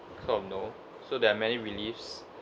sort of know so there are many reliefs